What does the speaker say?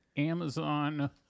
Amazon